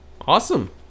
Awesome